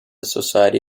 society